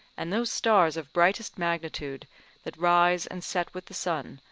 and those stars of brightest magnitude that rise and set with the sun,